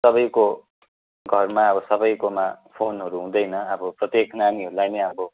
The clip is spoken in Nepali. सबैको घरमा अब सबैकोमा फोनहरू हुँदैन अब प्रत्येक नानीहरूलाई नै अब